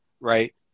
right